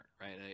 Right